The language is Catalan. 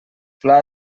pla